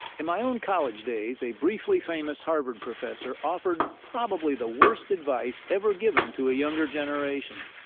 in my own college days, a briefly famous harvard professor offered probably the worst advice ever given to a younger generation.